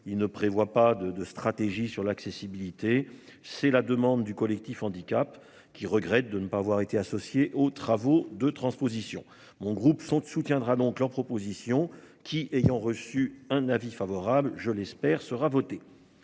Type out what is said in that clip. Il ne prévoit pas de de stratégie sur l'accessibilité. C'est la demande du Collectif handicap qui regrette de ne pas avoir été associé aux travaux de transposition mon groupe sont soutiendra donc la proposition qui ayant reçu un avis favorable, je l'espère sera votée